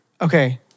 Okay